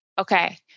Okay